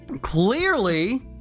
Clearly